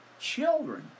children